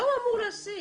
מה הוא אמור להסיק?